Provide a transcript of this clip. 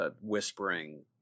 whispering